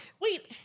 Wait